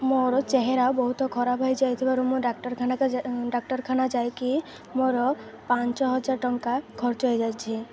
ମୋର ଚେହେରା ବହୁତ ଖରାପ ହେଇଯାଇଥିବାରୁ ମୁଁ ଡାକ୍ତରଖାନା ଡାକ୍ତରଖାନା ଯାଇକି ମୋର ପାଞ୍ଚ ହଜାର ଟଙ୍କା ଖର୍ଚ୍ଚ ହେଇଯାଇଛି